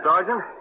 Sergeant